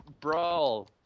Brawl